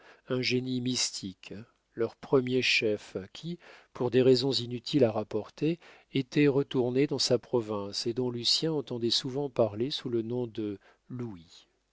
un génie mystique leur premier chef qui pour des raisons inutiles à rapporter était retourné dans sa province et dont lucien entendait souvent parler sous le nom de louis